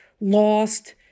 lost